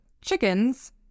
chickens